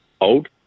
Old